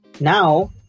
Now